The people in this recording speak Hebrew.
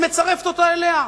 היא מצרפת אותה אליה.